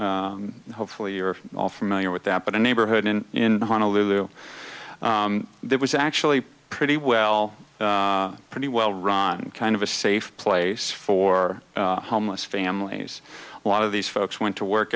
kakapo hopefully you're all familiar with that but a neighborhood in honolulu there was actually pretty well pretty well run kind of a safe place for homeless families a lot of these folks went to work